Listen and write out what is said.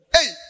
Hey